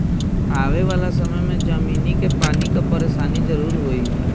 आवे वाला समय में जमीनी के पानी कअ परेशानी जरूर होई